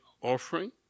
offering